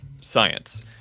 science